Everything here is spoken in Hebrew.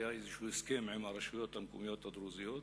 איזה הסכם עם הרשויות המקומיות הדרוזיות,